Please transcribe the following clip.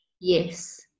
yes